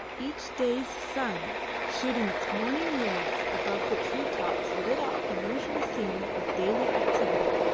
each day's sun shooting its morning rays above the tree tops lit up the usual scene of daily activity.